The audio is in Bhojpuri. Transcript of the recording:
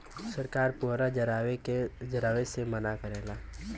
सरकार पुअरा जरावे से मना करेला